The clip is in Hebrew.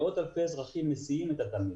מאות אלפי אזרחים מסיעים את התלמידים.